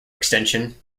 extension